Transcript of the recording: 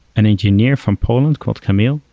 an engineer from poland called kami,